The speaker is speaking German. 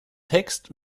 text